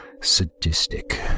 sadistic